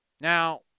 Now